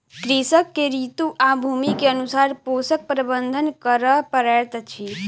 कृषक के ऋतू आ भूमि के अनुसारे पोषक प्रबंधन करअ पड़ैत अछि